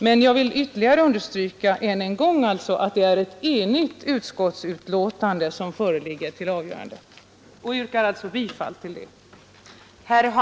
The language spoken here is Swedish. Men än en gång vill jag understryka att det är ett enhälligt utskottsbetänkande som föreligger till avgörande, och jag yrkar bifall till detta.